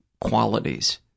qualities